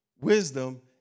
wisdom